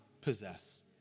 possess